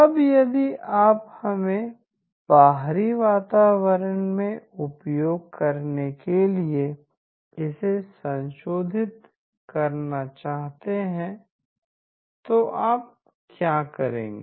अब यदि आप इसे बाहरी वातावरण में उपयोग करने के लिए इसे संशोधित करना चाहते हैं तो आप क्या करेंगे